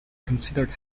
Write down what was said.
considered